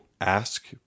ask